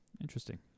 Interesting